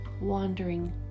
wandering